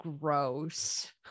gross